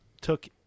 took